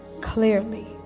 clearly